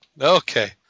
okay